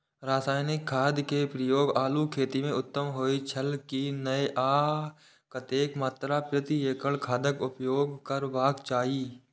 रासायनिक खाद के प्रयोग आलू खेती में उत्तम होय छल की नेय आ कतेक मात्रा प्रति एकड़ खादक उपयोग करबाक चाहि?